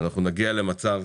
אנחנו נגיע למצב